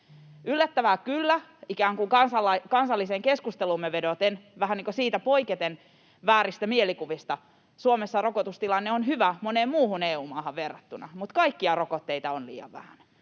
Yllättävää kyllä, ikään kuin kansalliseen keskusteluumme vedoten, vähän niin kuin vääristä mielikuvista poiketen Suomessa rokotustilanne on hyvä moneen muuhun EU-maahan verrattuna, mutta kaikkiaan rokotteita on liian vähän.